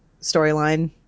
storyline